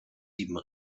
sieben